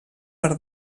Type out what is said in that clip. per